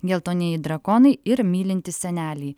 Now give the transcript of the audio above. geltonieji drakonai ir mylintys seneliai